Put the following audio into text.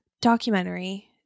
documentary